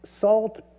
salt